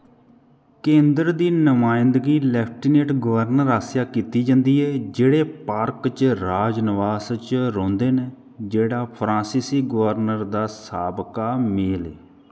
केंदर दी नमायंदगी लेफ्टिनेंट गवर्नर आसेआ कीती जंदी ऐ जेह्ड़े पार्क च राज नवास च रौंह्दे न जेह्ड़ा फ्रांसीसी गवर्नर दा साबका मैह्ल ऐ